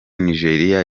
nigeria